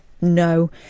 No